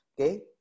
okay